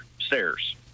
stairs